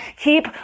keep